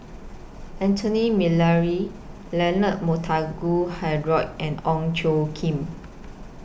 Anthony Miller Leonard Montague Harrod and Ong Tjoe Kim